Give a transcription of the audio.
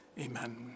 Amen